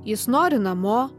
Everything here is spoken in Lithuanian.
jis nori namo